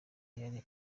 yari